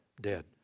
Dead